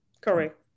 Correct